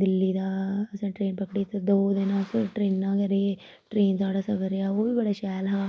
दिल्ली दा असें ट्रेन पकड़ी दो दिन अस ट्रेनै गै रेह् ट्रेन दा साढ़ा सफर रेहा ओह् बी बड़ा शैल हा